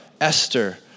Esther